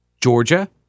Georgia